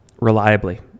reliably